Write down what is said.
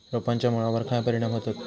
रोपांच्या मुळावर काय परिणाम होतत?